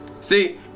See